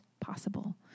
possible